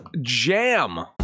Jam